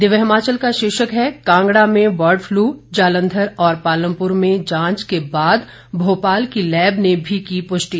दिव्य हिमाचल का शीर्षक है कांगड़ा में बर्ड फलू जालंधर और पालमपूर में जांच के बाद भोपाल की लैब ने भी की पुष्टि